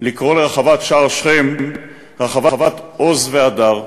לקרוא לרחבת שער שכם רחבת "עוז והדר".